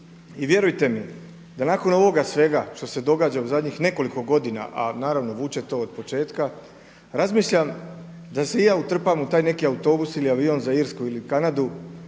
i vjerujte mi da nakon ovoga sve što se događa u zadnjih nekoliko godina, a naravno vuče to od početka razmišljam da se i ja utrpam u taj neki autobus ili avion za Irsku ili Kanadu